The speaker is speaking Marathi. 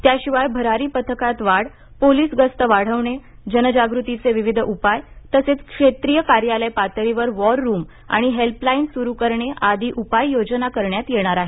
त्याशिवाय भरारी पथकात वाढ पोलिस गस्त वाढवणे जनजागृतीचे विविध उपाय तसेच क्षेत्रीय कार्यालय पातळीवर वॉररूम आणि हेल्पलाईन सुरू करणे आदी उपाययोजना करण्यात येणार आहेत